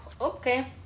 okay